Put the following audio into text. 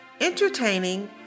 entertaining